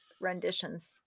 renditions